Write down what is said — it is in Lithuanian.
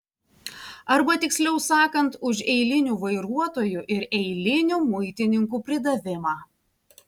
arba tiksliau sakant už eilinių vairuotojų ir eilinių muitininkų pridavimą